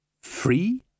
Free